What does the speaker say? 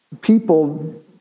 people